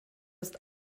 ist